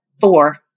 four